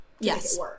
yes